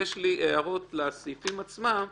יש לי הערות לסעיפים עצמם,